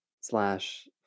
slash